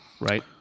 right